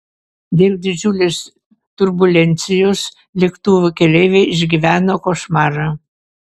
dėl didžiulės turbulencijos lėktuvo keleiviai išgyveno košmarą